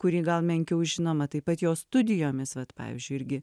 kurį gal menkiau žinoma taip pat jo studijomis vat pavyzdžiui irgi